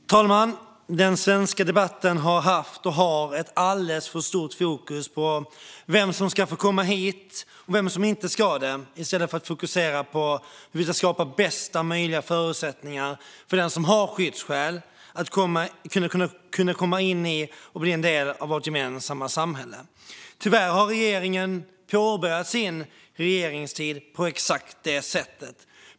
Fru talman! Den svenska debatten har haft och har ett alldeles för stort fokus på vem som ska få komma hit och vem som inte ska det, i stället för att fokusera på hur vi ska skapa bästa möjliga förutsättningar för den som har skyddsskäl att komma in i och bli en del av vårt gemensamma samhälle. Tyvärr har regeringen påbörjat sin regeringstid på exakt det sättet.